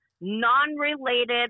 non-related